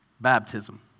Baptism